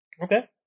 Okay